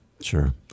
Sure